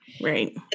Right